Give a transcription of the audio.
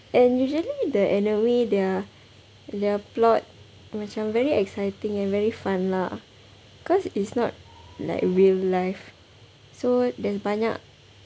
and usually the anime their their plot macam very exciting and very fun lah cause it's not like real life so there's banyak